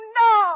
no